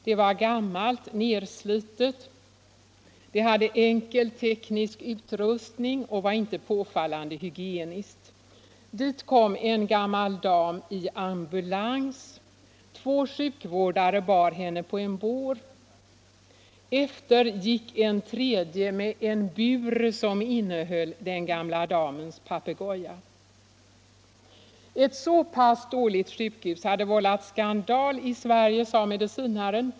Det var gammalt, nerslitet, med enkel teknisk utrustning och inte påfallande hygieniskt. Dit kom en gammal dam i ambulans. Två sjukvårdare bar henne på en bår. Efter gick en tredje med en bur som innehöll den gamla damens papegoja. ”Ett så pass dåligt sjukhus hade vållat skandal i Sverige”, sade medicinaren.